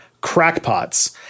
crackpots